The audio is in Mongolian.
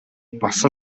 бас